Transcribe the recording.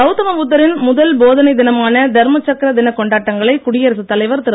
கவுதம புத்தரின் முதல் போதனை தினமான தர்மசக்ர தினக் கொண்டாடங்களை குடியரசுத் தலைவர் திரு